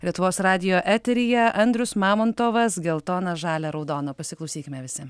lietuvos radijo eteryje andrius mamontovas geltona žalia raudona pasiklausykime visi